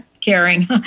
caring